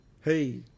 Hey